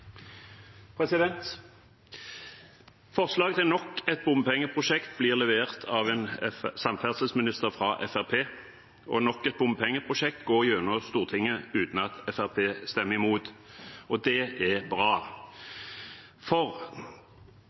Forslag til nok et bompengeprosjekt blir levert av en samferdselsminister fra Fremskrittspartiet, og nok et bompengeprosjekt går igjennom i Stortinget uten at Fremskrittspartiet stemmer imot. Det er bra, for